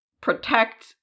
protect